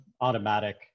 automatic